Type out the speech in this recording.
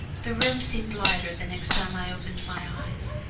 the room seemed lighter the next time i opened my eyes.